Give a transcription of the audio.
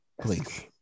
please